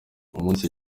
umunsi